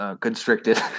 constricted